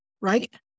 right